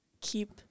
keep